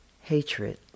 hatred